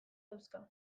dauzka